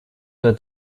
were